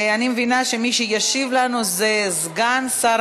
אני מבינה שמי שישיב לנו זה סגן שר